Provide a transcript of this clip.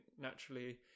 naturally